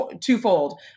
twofold